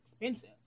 expensive